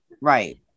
right